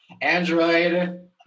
android